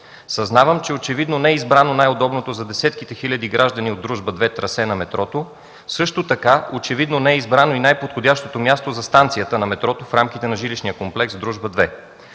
Съзнавам, че очевидно не е избрано най-удобното за десетките хиляди граждани от „Дружба-2” трасе на метрото. Също така очевидно не е избрано и най-подходящото място за станцията на метрото в рамките на жилищния комплекс „Дружба-2”.